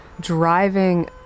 driving